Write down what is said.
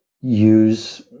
use